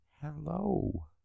Hello